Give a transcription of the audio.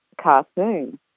cartoon